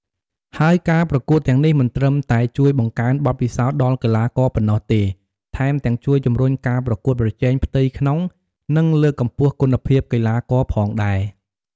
ហើយការប្រកួតទាំងនេះមិនត្រឹមតែជួយបង្កើនបទពិសោធន៍ដល់កីឡាករប៉ុណ្ណោះទេ ថែមទាំងជួយជំរុញការប្រកួតប្រជែងផ្ទៃក្នុង និងលើកកម្ពស់គុណភាពកីឡាករផងដែរ។